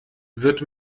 wird